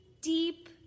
deep